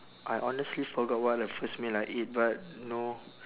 I honestly forgot what the first meal I ate but know